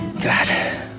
God